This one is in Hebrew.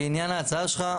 לעניין ההצעה שלך,